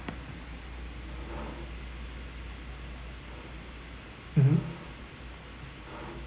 mmhmm